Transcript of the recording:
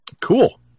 Cool